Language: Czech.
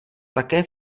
také